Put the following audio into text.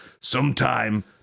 Sometime